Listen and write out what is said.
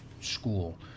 school